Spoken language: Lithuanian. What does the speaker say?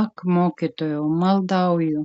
ak mokytojau maldauju